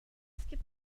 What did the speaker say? skip